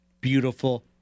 beautiful